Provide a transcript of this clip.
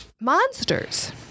monsters